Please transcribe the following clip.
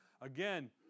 Again